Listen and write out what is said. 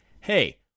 hey